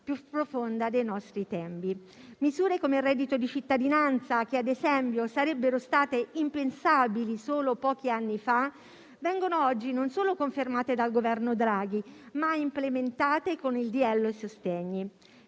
più profonda dei nostri tempi. Misure come il reddito di cittadinanza che, ad esempio, sarebbero state impensabili solo pochi anni fa, vengono oggi non solo confermate dal Governo Draghi, ma implementate con il decreto-legge sostegni.